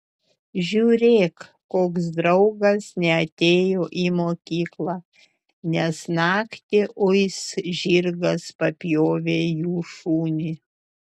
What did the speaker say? žiūrėk koks draugas neatėjo į mokyklą nes naktį uis žirgas papjovė jų šunį